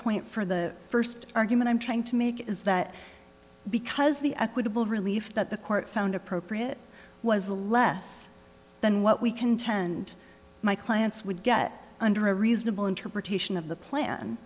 point for the first argument i'm trying to make is that because the equitable relief that the court found appropriate was less than what we contend my clients would get under a reasonable interpretation of the plan